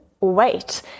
wait